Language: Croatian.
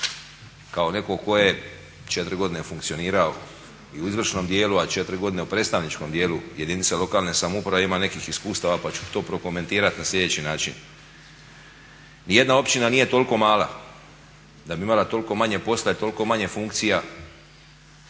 Kao netko tko je 4 godine funkcionirao i u izvršnom dijelu, a 4 godine u predstavničkom dijelu jedinica lokalne samouprave imam nekih iskustava pa ću to prokomentirati na sljedeći način. Nijedna općina nije toliko mala da bi imala toliko manje posla i toliko manje funkcija